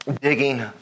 Digging